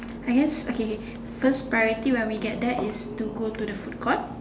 I guess okay first priority when we get there is to go to the food court